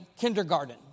kindergarten